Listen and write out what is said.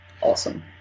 Awesome